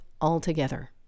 altogether